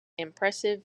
impressive